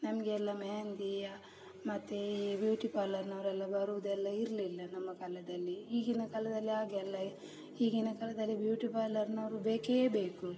ನಮಗೆ ಎಲ್ಲ ಮೆಹೆಂದಿಯ ಮತ್ತೆ ಈ ಬ್ಯೂಟಿ ಪಾರ್ಲರ್ನವರೆಲ್ಲ ಬರುವುದೆಲ್ಲ ಇರಲಿಲ್ಲ ನಮ್ಮ ಕಾಲದಲ್ಲಿ ಈಗಿನ ಕಾಲದಲ್ಲಿ ಹಾಗೆ ಅಲ್ಲ ಈಗಿನ ಕಾಲದಲ್ಲಿ ಬ್ಯೂಟಿ ಪಾರ್ಲರ್ನವರು ಬೇಕೇ ಬೇಕು